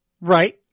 right